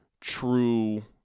true